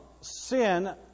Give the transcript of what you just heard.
sin